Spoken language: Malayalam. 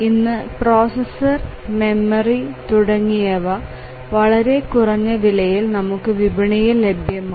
ഇന്ന് പ്രോസസർ മെമ്മറി തുടങ്ങിയവ വളരെ കുറഞ്ഞ വിലയിൽ നമുക്ക് വിപണിയിൽ ലഭ്യമാണ്